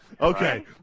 Okay